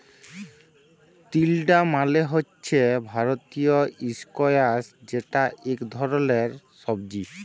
তিলডা মালে হছে ভারতীয় ইস্কয়াশ যেট ইক ধরলের সবজি